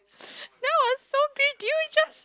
that was so be did you just